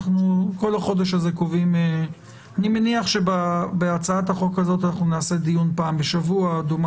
כל אני מניח שבהצעת החוק הזאת אנחנו נעשה דיון פעם בשבוע ו גם